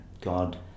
God